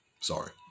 Sorry